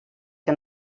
que